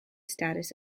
status